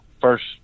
first